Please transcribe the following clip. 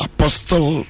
Apostle